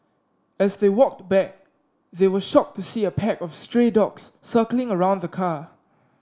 as they walked back they were shocked to see a pack of stray dogs circling around the car